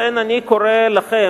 לכן אני קורא לכם,